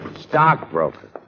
Stockbroker